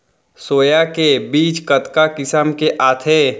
Soya के बीज कतका किसम के आथे?